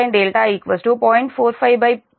7Pmax